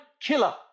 killer